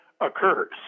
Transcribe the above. occurs